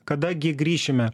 kada gi grįšime